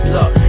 Look